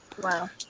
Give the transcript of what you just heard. Wow